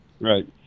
Right